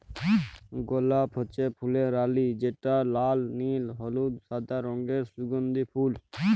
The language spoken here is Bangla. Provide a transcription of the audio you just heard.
গলাপ হচ্যে ফুলের রালি যেটা লাল, নীল, হলুদ, সাদা রঙের সুগন্ধিও ফুল